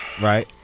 right